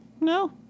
No